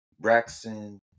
Braxton